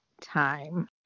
time